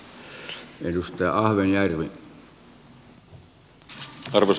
arvoisa puhemies